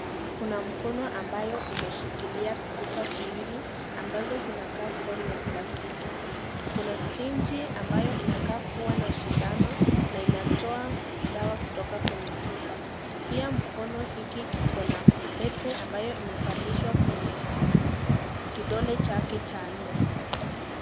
Kuna mkono ambayo umeshikilia vichupa viwili ambazo zinakaa kuwa ni ya plastiki kuna sirinji ambayo inakaa kuwa na sindano na inatoa dawa kutoka kwenye chupa. Pia mkono hiki kiko na pete ambayo imevalishwa kwenye kidole chake cha nne.